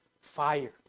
fire